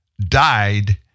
died